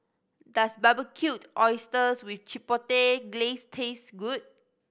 does Barbecued Oysters with Chipotle Glaze taste good